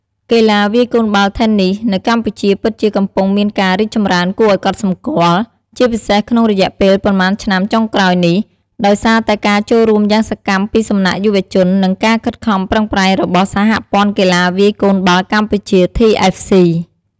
កីឡាវាយកូនបាល់ Tennis នៅកម្ពុជាពិតជាកំពុងមានការរីកចម្រើនគួរឲ្យកត់សម្គាល់ ជាពិសេសក្នុងរយៈពេលប៉ុន្មានឆ្នាំចុងក្រោយនេះ ដោយសារតែការចូលរួមយ៉ាងសកម្មពីសំណាក់យុវជន និងការខិតខំប្រឹងប្រែងរបស់ សហព័ន្ធកីឡាវាយកូនបាល់កម្ពុជា TFC។